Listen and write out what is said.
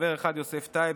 חבר אחד: יוסף טייב,